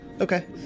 Okay